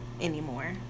anymore